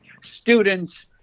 students